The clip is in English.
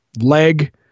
leg